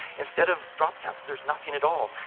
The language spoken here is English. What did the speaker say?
instead of drop caps, there's nothing at all.